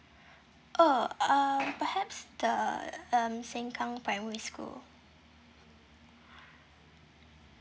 oh um perhaps the um sengkang primary school